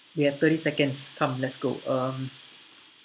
we have thirty seconds come let's go um